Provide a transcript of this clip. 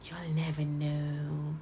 you'll never know